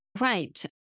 Right